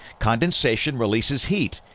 condensation releases heat,